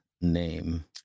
name